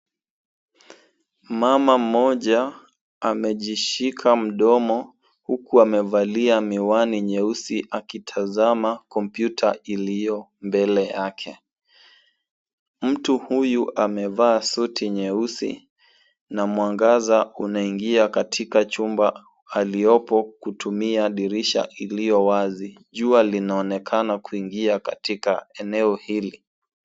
Mama mmoja amejishika mdomo huku amevalia miwani nyeusi akitazama kompyuta iliyo mbele yake. Mtu huyu amevaa suti nyeusi na mwangaza unaingia katika chumba aliopo kutumia dirisha lililo wazi. Jua linaonekana kuingia katika eneo hili.